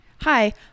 Hi